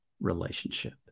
relationship